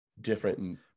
different